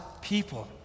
people